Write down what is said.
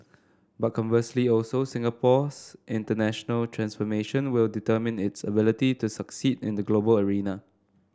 but conversely also Singapore's international transformation will determine its ability to succeed in the global arena